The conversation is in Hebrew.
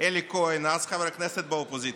אלי כהן, אז חבר כנסת באופוזיציה: